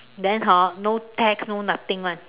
then hor no tax no nothing [one]